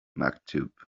maktub